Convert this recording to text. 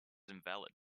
invalid